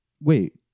wait